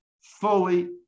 fully